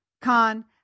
Khan